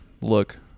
look